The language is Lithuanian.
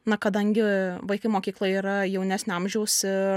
na kadangi vaikai mokykloje yra jaunesnio amžiaus ir